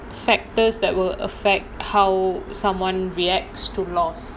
factors that will affect how someone reacts to loss